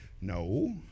No